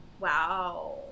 Wow